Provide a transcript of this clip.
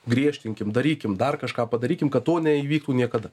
griežtinkim darykim dar kažką padarykim kad to neįvyktų niekada